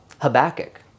Habakkuk